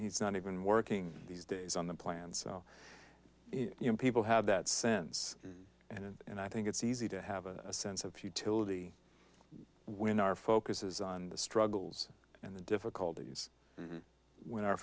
he's not even working these days on the plan so you know people have that sense and i think it's easy to have a sense of futility when our focus is on the struggles and the difficulties when our